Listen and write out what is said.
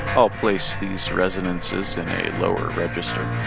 i'll place these resonances in a lower register